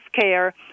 care